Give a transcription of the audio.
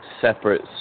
separate